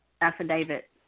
affidavit